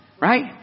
Right